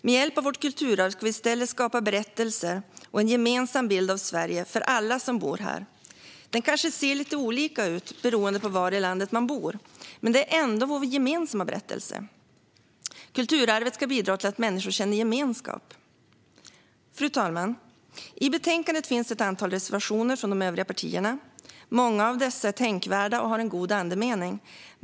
Med hjälp av vårt kulturarv ska vi i stället skapa berättelser och en gemensam bild av Sverige för alla som bor här. Den kanske ser lite olika ut beroende på var i landet man bor, men det är ändå vår gemensamma berättelse. Kulturarvet ska bidra till att människor känner gemenskap. Fru talman! I betänkandet finns ett antal reservationer från de övriga partierna. Många av dem är tänkvärda och har en god andemening.